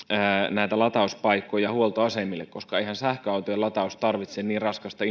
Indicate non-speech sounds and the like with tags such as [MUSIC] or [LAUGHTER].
näitä latauspaikkoja huoltoasemille koska eihän sähköautojen lataus tarvitse niin raskasta [UNINTELLIGIBLE]